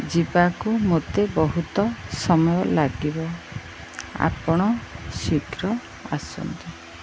ଯିବାକୁ ମୋତେ ବହୁତ ସମୟ ଲାଗିବ ଆପଣ ଶୀଘ୍ର ଆସନ୍ତୁ